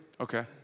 Okay